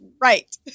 right